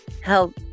help